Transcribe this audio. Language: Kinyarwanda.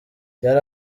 yari